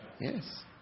Yes